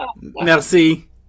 merci